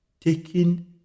taking